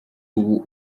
ubu